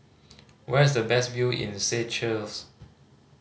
where is the best view in Seychelles